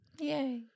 yay